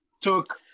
Took